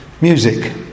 music